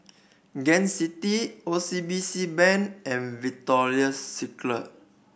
Gain City O C B C Bank and Victoria Secret